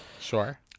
Sure